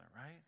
right